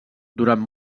durant